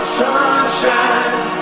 sunshine